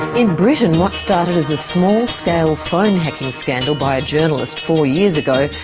in britain, what started as a small-scale phone hacking scandal by a journalist four years ago,